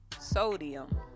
sodium